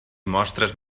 mostres